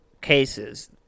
cases